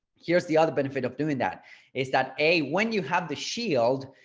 here's the other benefit of doing that is that a when you have the shield,